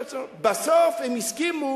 בסוף הם הסכימו